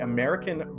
American